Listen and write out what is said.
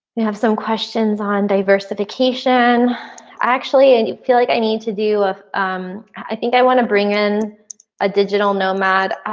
you have some questions on diversification. i actually and you feel like i need to do a i think i want to bring in a digital nomad.